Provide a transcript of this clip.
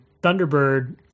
thunderbird